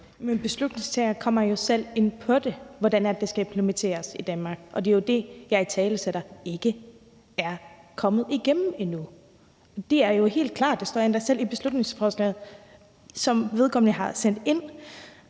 Men forslagsstilleren kommer jo selv ind på, hvordan det skal implementeres i Danmark. Og det er jo det, som jeg italesætter ikke er kommet igennem endnu. Det er jo helt klart; det står endda selv i beslutningsforslaget, som vedkommende har fremsat.